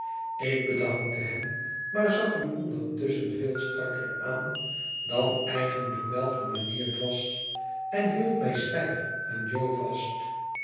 ik bedankte hem maar zag hem ondertusschen veel strakker aan dan eigenlijk welgemanierd was en hield mij stijf aan jo vast